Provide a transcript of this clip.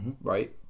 right